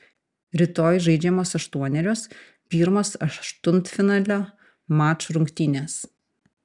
rytoj žaidžiamos aštuonerios pirmos aštuntfinalio mačų rungtynės